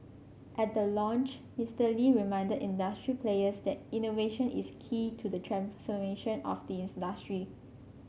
at the launch Mister Lee reminded industry players that innovation is key to the transformation of the industry